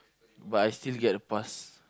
but I still get a pass